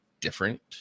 different